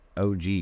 OG